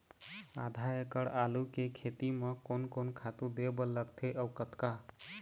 आधा एकड़ आलू के खेती म कोन कोन खातू दे बर लगथे अऊ कतका?